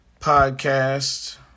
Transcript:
podcast